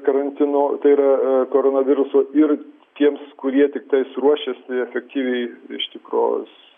karantino tai yra koronaviruso ir tiems kurie tiktais ruošiasi efektyviai iš tikros